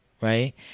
right